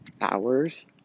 hours